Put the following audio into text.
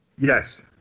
Yes